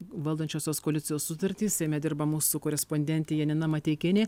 valdančiosios koalicijos sutartį seime dirba mūsų korespondentė janina mateikienė